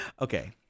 okay